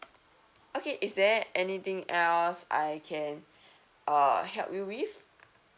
okay is there anything else I can uh help you with